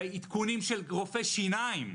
בעדכונים של רופאי שיניים,